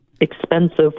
expensive